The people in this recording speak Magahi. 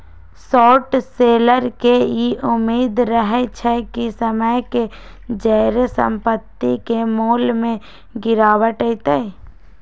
शॉर्ट सेलर के इ उम्मेद रहइ छइ कि समय के जौरे संपत्ति के मोल में गिरावट अतइ